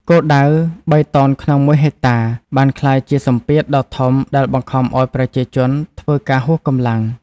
គោលដៅ "៣ តោនក្នុងមួយហិកតា" បានក្លាយជាសម្ពាធដ៏ធំដែលបង្ខំឱ្យប្រជាជនធ្វើការហួសកម្លាំង។